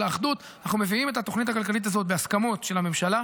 האחדות: אנחנו מביאים את התוכנית הכלכלית הזאת בהסכמות של הממשלה,